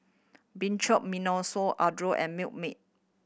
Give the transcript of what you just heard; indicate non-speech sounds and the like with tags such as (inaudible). (unintelligible) Adore and Milkmaid